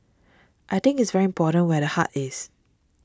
I think it's very important where the heart is